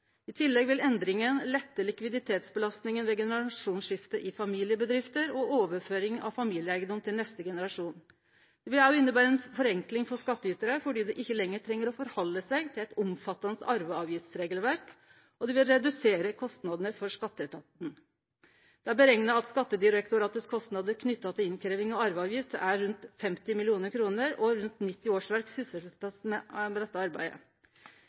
ved overføring av familieeigedom til neste generasjon. Det vil òg innebere ei forenkling for skatteytarar, fordi dei ikkje lenger treng halde seg til eit omfattande arveavgiftsregelverk, og det vil redusere kostnadane for Skatteetaten. Det er berekna at Skattedirektoratet sine kostnader knytt til innkrevjing av arveavgift, er rundt 50 mill. kr, og rundt 90 årsverk er sysselsatt med dette arbeidet.